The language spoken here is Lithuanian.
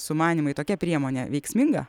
sumanymai tokia priemonė veiksminga